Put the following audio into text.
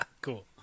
Cool